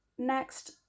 next